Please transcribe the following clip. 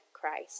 Christ